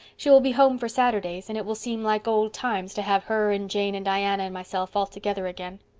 she will be home for saturdays and it will seem like old times, to have her and jane and diana and myself all together again.